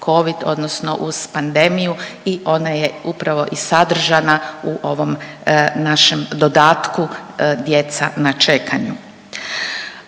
odnosno uz pandemiju i ona je upravo i sadržana u ovom našem dodatku, djeca na čekanju.